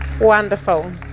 Wonderful